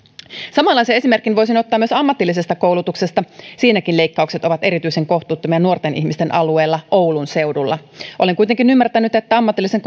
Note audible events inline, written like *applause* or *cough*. samanlaisen esimerkin voisin ottaa myös ammatillisesta koulutuksesta siinäkin leikkaukset ovat erityisen kohtuuttomia nuorten ihmisten alueella oulun seudulla olen kuitenkin ymmärtänyt että ammatillisen *unintelligible*